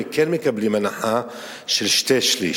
וכן מקבלים הנחה של שתי-שליש.